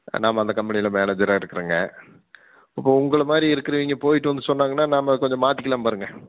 நம்ம அந்த கம்பெனியில் மேனேஜராக இருக்கிறோங்க அப்போது உங்களமாதிரி இருக்குறவிங்க போயிட்டு வந்து சொன்னங்கன்னா நம்ம கொஞ்சம் மாற்றிக்கலாம் பாருங்க